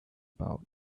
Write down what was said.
about